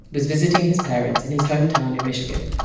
was visiting his parents in his home town in michigan.